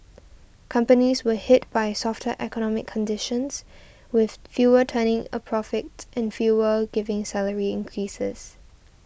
companies were hit by softer economic conditions with fewer turning a profit and fewer giving salary increases